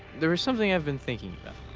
there is something i've been thinking